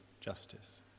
justice